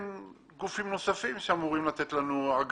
גופים נוספים שאמורים לתת לנו,